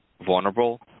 vulnerable